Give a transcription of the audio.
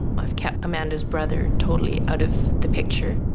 i've kept amanda's brother totally out of the picture.